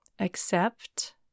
accept